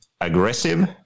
aggressive